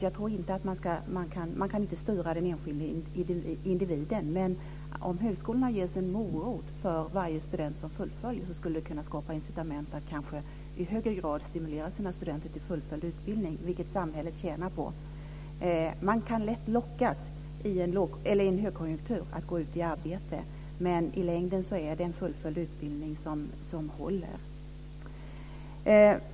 Jag tror inte att man kan styra den enskilde individen, men om högskolorna ges en morot för varje student som fullföljer studierna skulle det kunna skapa incitament för att i högre grad stimulera sina studenter till fullföljd utbildning, vilket samhället tjänar på. I en högkonjunktur kan man lätt lockas att gå ut i arbete, men i längden är det en fullföljd utbildning som håller.